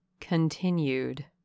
Continued